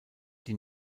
die